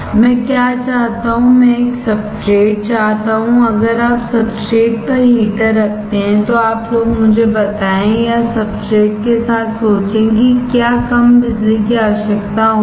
मैं क्या चाहता हूं मैं एक सब्सट्रेट चाहता हूं अगर आप सब्सट्रेट पर हीटर रखते हैं तो आप लोग मुझे बताएं या सब्सट्रेट के साथ सोचें कि क्या कम बिजली की आवश्यकता होगी